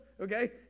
Okay